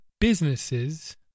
businesses